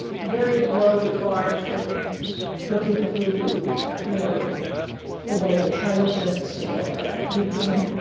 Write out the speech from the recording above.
very low regard for for people who were low intelligence or he didn't